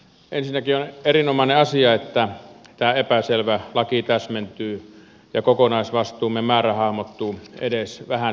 ensinnäkin on erinomainen asia että tämä epäselvä laki täsmentyy ja kokonaisvastuumme määrä hahmottuu edes vähän selvemmin